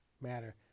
Matter